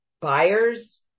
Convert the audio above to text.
buyers